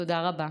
תודה רבה.